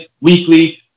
Weekly